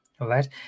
right